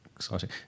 exciting